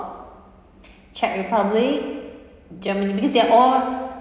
czech republic germany because they're all